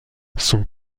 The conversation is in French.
son